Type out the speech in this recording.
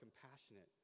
compassionate